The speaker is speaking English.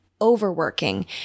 overworking